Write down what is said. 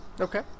Okay